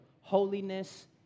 holiness